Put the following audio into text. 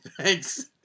thanks